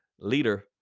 leader